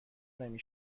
نمی